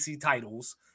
titles